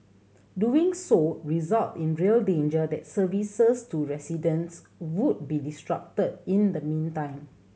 doing so result in a real danger that services to residents would be disrupted in the meantime